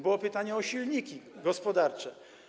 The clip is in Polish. Było pytanie o silniki gospodarcze.